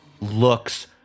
looks